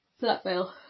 Blackmail